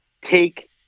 take